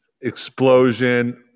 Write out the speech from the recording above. explosion